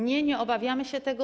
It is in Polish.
Nie, nie obawiamy się tego.